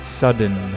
sudden